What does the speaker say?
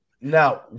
now